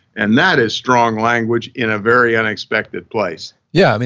and that is strong language in a very unexpected place yeah, i mean,